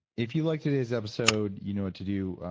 if you like today's episode, you know what to do.